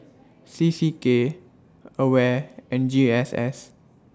C C K AWARE and G S S